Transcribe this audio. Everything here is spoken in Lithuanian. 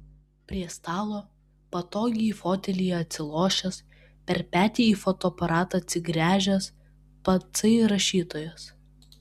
prie stalo patogiai fotelyje atsilošęs per petį į fotoaparatą atsigręžęs patsai rašytojas